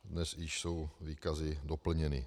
Dnes již jsou výkazy doplněny.